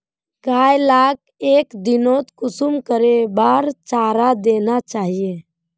गाय लाक एक दिनोत कुंसम करे बार चारा देना चही?